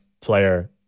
player